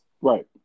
Right